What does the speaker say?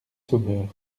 sauveur